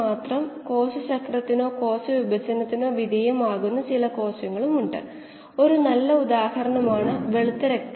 നിങ്ങൾ bio reactor അടച്ചു പൂട്ടുമ്പോൾ അത് ഉചിതമായ രീതിയിൽ ചെയ്യേണ്ടതുണ്ട് തുടർന്ന് പ്രക്രിയ ഒരു സ്ഥിരമായ അവസ്ഥയായിരിക്കില്ല